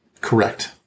Correct